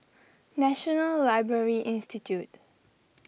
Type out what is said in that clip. National Library Institute